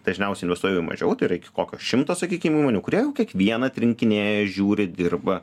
dažniausiai investuoja į mažiau tai yra iki kokio šimto sakykim įmonių kurie jau kiekvieną atrinkinėja žiūri dirba